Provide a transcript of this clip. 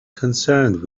concerned